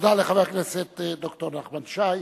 תודה לחבר הכנסת ד"ר נחמן שי.